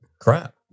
crap